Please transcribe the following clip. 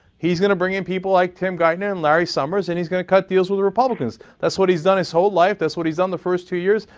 he's going to bring in people like tim geithner and larry summers and he's going to cut deals with the republicans. that's what he's done his whole life, that's what he's done the first two years,